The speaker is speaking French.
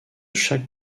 chaque